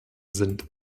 sind